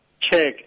check